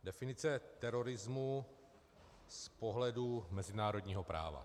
Definice terorismu z pohledu mezinárodního práva.